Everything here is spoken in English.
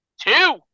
Two